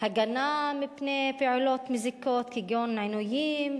הגנה מפני פעולות מזיקות כגון עינויים,